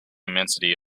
immensity